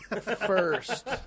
First